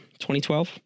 2012